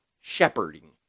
shepherding